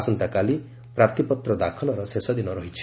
ଆସନ୍ତାକାଲି ପ୍ରାର୍ଥୀପତ୍ର ଦାଖଲର ଶେଷ ଦିନ ରହିଛି